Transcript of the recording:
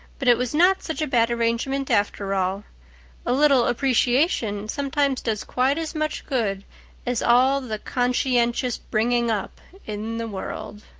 but it was not such a bad arrangement after all a little appreciation sometimes does quite as much good as all the conscientious bringing up in the world.